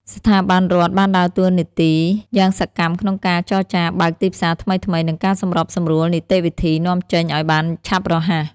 ស្ថាប័នរដ្ឋបានដើរតួនាទីយ៉ាងសកម្មក្នុងការចរចាបើកទីផ្សារថ្មីៗ និងការសម្របសម្រួលនីតិវិធីនាំចេញឱ្យបានឆាប់រហ័ស។